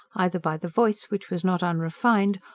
either by the voice, which was not unrefined,